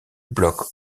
bloc